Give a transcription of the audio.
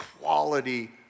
quality